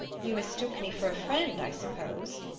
you mistook me for a friend, i suppose?